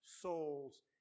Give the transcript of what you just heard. souls